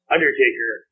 Undertaker